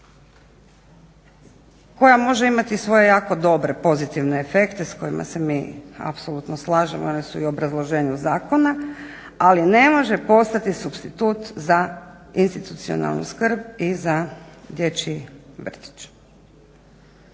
koja može imati svoje jako dobre pozitivne efekte s kojima se mi apsolutno slažemo. One su i u obrazloženju zakona, ali ne može postati supstitut za institucionalnu skrb i za dječji vrtić.